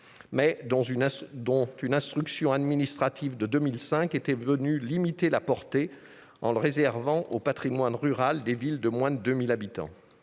dont une instruction administrative de 2005 était venue limiter la portée en le réservant au patrimoine rural des villes de moins de 2 000 habitants.